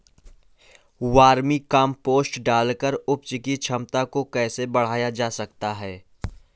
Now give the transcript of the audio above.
Vermi compost डालकर उपज की क्षमता को कैसे बढ़ाया जा सकता है?